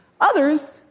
others